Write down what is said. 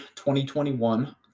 2021